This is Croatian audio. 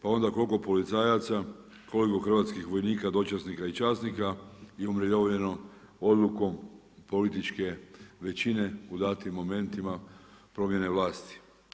Pa onda koliko policajaca, koliko hrvatskih vojnika, dočasnika i časnika je umirovljeno odlukom političke većine u datim momentima promjene vlasti.